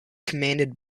commanded